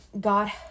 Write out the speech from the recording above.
God